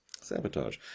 Sabotage